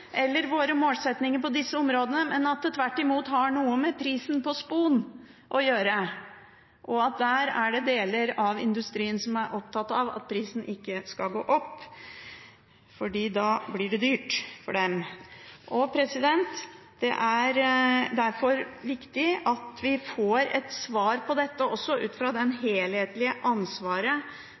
eller med våre målsettinger på disse områdene, men at det tvert imot har noe med prisen på spon å gjøre, og at der er det deler av industrien som er opptatt av at prisen ikke skal gå opp for da blir det dyrt for dem. Det er viktig at vi får et svar på dette, også ut fra det helhetlige ansvaret